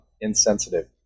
insensitive